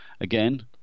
again